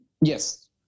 Yes